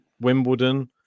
wimbledon